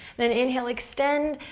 then inhale, extend,